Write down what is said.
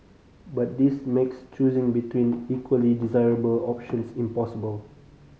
but this makes choosing between equally desirable options impossible